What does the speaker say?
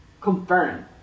confirm